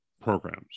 programs